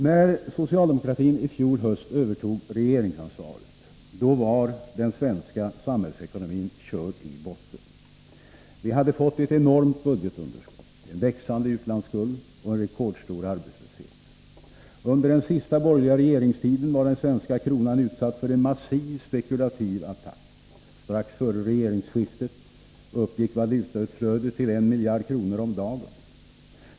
När socialdemokratin i fjol höst övertog regeringsansvaret var den svenska samhällsekonomin körd i botten. Vi hade fått ett enormt budgetunderskott, en växande utlandsskuld och en rekordstor arbetslöshet. Under den sista borgerliga regeringstiden var den svenska kronan utsatt för en massiv spekulativ attack. Strax före regeringsskiftet uppgick valutautflödet till 1 miljard kronor om dagen.